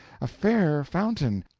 a fair fountain,